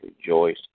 rejoice